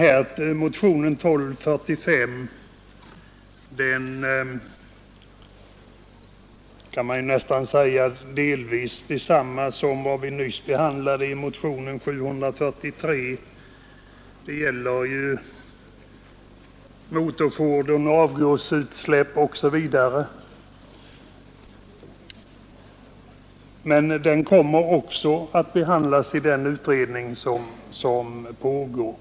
Man kan säga att motionen 1245 delvis handlar om detsamma som motionen 743, som vi nyss behandlade. Det gäller motorfordonsbuller, avgasutsläpp osv., men den här motionen kommer också att behandlas i den utredning som pågår.